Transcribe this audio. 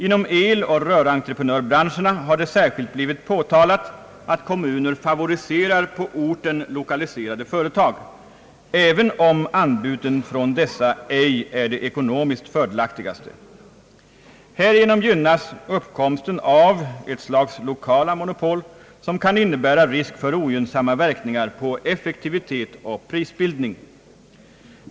Inom eloch rörentreprenörbranscherna har det särskilt blivit påtalat att kommuner favoriserar på orten lokaliserade företag, även om anbuden från dessa ej är de ekonomiskt fördelaktigaste. Härigenom gynnas uppkomsten av ett slags lokala monopol, som kan innebära risk för ogynnsamma verkningar på effektivitet och prisbildning.